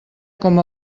com